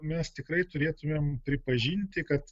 mes tikrai turėtumėm pripažinti kad